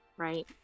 right